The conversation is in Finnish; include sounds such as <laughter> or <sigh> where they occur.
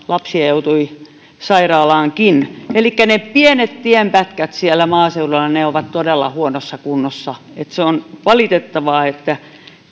<unintelligible> lapsia joutui sairaalaankin elikkä ne pienet tienpätkät siellä maaseudulla ovat todella huonossa kunnossa se on valitettavaa